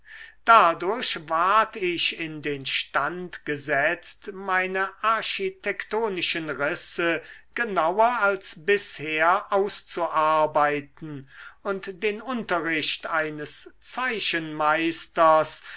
dadurch ward ich in den stand gesetzt meine architektonischen risse genauer als bisher auszuarbeiten und den unterricht eines